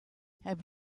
have